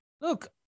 look